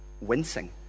wincing